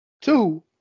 Two